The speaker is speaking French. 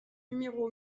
numéro